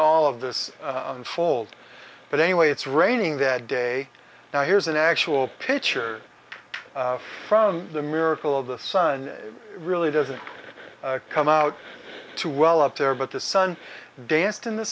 all of this unfold but anyway it's raining that day now here's an actual pitcher from the miracle of the sun really doesn't come out too well up there but the sun danced in the